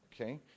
Okay